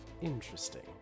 Interesting